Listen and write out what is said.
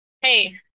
hey